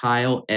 Kyle